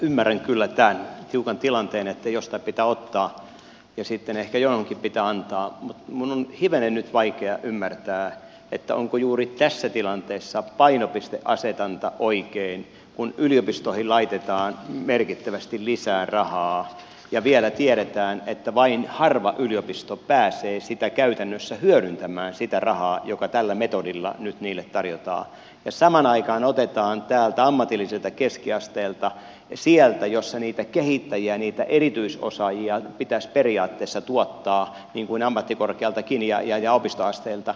ymmärrän kyllä tämän tiukan tilanteen että jostain pitää ottaa ja sitten ehkä johonkin pitää antaa mutta minun on hivenen nyt vaikea ymmärtää onko juuri tässä tilanteessa painopisteasetanta oikein kun yliopistoihin laitetaan merkittävästi lisää rahaa ja vielä tiedetään että vain harva yliopisto pääsee käytännössä hyödyntämään sitä rahaa joka tällä metodilla nyt niille tarjotaan ja samaan aikaan leikataan niin paljon täältä ammatilliselta keskiasteelta sieltä missä niitä kehittäjiä niitä erityisosaajia pitäisi periaatteessa tuottaa niin kuin ammattikorkealtakin ja opistoasteelta